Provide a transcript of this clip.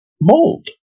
mold